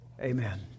amen